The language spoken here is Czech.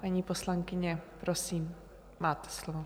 Paní poslankyně, prosím, máte slovo.